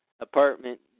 Apartment